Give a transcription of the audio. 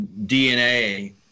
DNA